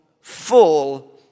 full